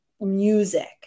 music